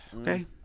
okay